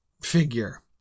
figure